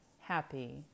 happy